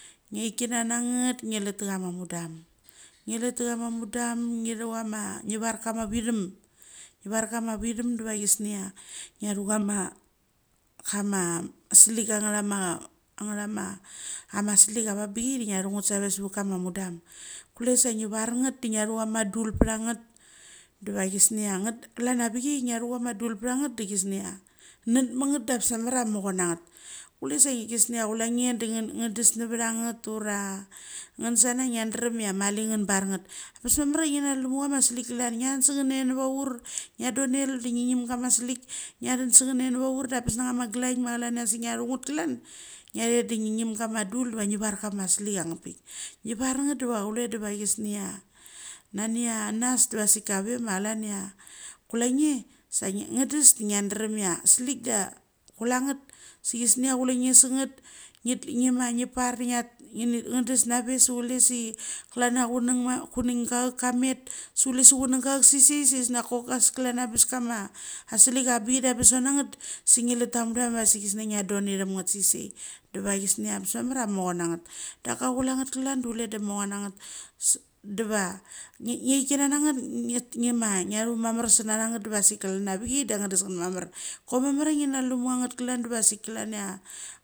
Ngia thik kona na ngat, nge let te koma mudam ugi var kama vithem, ngi ar kama vithem diva chushia ngia thu kama kama slik angia kama ama slik angbikcha de nga thu ngat save sevet kama mudem. Kule sa ngi var ngat de ngia. Hau kama dul patha ngat diva chisnia ngat klan chia vichai ngia thu kama dul patha ngat de chisnia net ma ngat de ambes mamar chia macho. Na ngat. Kule sa chisnia kule nge die nge neve cha ngat ura nge sana nge derem chia mali ngan bar ngat. Bas mamar chia ngia na lu kama slik klan, ngia than se ngat nave nevaur, ngia don nel de ngi ngim kama slik, ngia den se ngat nave nevaur de angebes na nge ma glain ma klan chia asik ngia thu ngat klan, ngia chet de ngi ngim kama dul diva ngi yar kama slik angapik. Ngi var nget diva chule diva chisnia nani anas diva asik kave ma klan chia kule nge sa nge tes de ngia derem chia slik de kule ngat se chisnia kule nge de ngat ngi par de nge tesh nave se kule se klan chia chunanga chek. Kamet du kule se chisnia chunanga chek saisai chisnia chok as klanhia angbes kama a slik avangbichai de angebes sot na ngat, se ngi leth te kama mudam va sik chisnia nga don nichim ngat saisai diva chisnia angebes mamar chai macho na ngat. Daka kule ngat klan de kule de macho na ngat deva ngia chik kana ngi ma ngia chu mamar sera na ngat diva asik klan chia avechai de nge tesh ngat mamar, koi mamar chia ngi na luma ngat klan diva asik klan chia.